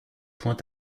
point